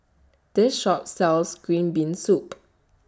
This Shop sells Green Bean Soup